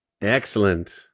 Excellent